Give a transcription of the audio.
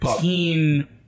teen